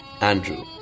Andrew